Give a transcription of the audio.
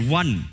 one